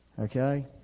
Okay